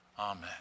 Amen